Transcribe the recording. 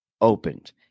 opened